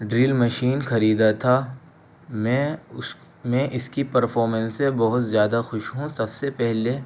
drill machine خریدا تھا میں اس میں اس کی پرفارمنس سے بہت زیادہ خوش ہوں سب سے پہلے